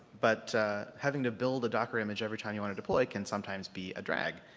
but having to build a docker image every time you want to deploy can sometimes be a drag.